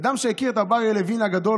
אדם שהכיר את רב אריה לוין הגדול,